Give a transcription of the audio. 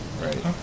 Right